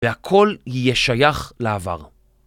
והכל יהיה שייך לעבר.